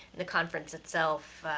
the conference itself,